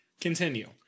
Continue